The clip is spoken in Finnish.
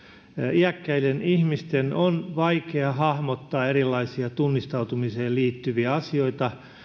iäkkäiden ihmisten on vaikea hahmottaa erilaisia tunnistautumiseen liittyviä asioita